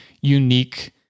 unique